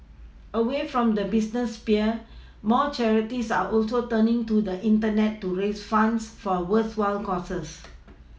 away from the business sphere more charities are also turning to the Internet to raise funds for worthwhile causes